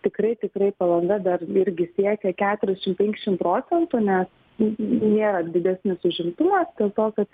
tikrai tikrai palanga dar irgi siekia keturešim penkešim procentų nes nėra didesnis užimtumas dėl to kad